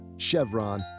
chevron